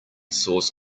source